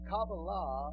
Kabbalah